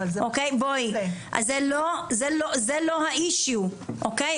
אז זה לא הנושא כרגע.